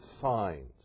signs